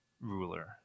ruler